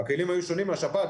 היו שונים מהשפעת,